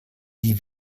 die